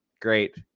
great